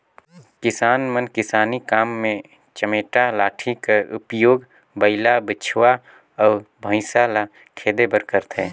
किसान मन किसानी काम मे चमेटा लाठी कर उपियोग बइला, बछवा अउ भइसा ल खेदे बर करथे